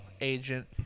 agent